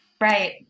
Right